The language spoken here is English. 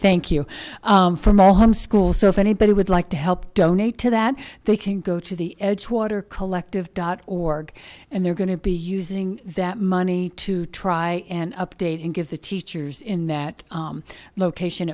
thank you from all harm school so if anybody would like to help donate to that they can go to the edgewater collective dot org and they're going to be using that money to try and update and give the teachers in that location